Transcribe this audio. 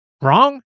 wrong